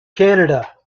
canada